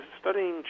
studying